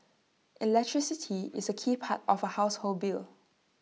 electricity is A key part of household bill